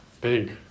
big